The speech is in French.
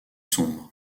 sombre